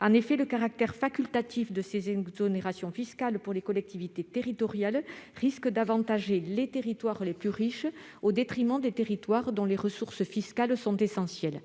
En effet, le caractère facultatif de ces exonérations fiscales pour les collectivités territoriales risque d'avantager les territoires les plus riches au détriment des territoires pour lesquels les ressources fiscales sont essentielles.